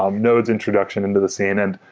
um node's introduction into the cnn,